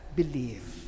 believe